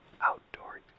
outdoor